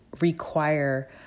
require